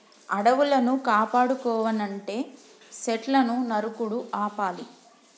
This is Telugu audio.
అడవులను కాపాడుకోవనంటే సెట్లును నరుకుడు ఆపాలి